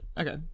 Okay